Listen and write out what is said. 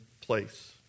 place